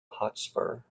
hotspur